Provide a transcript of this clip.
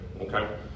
okay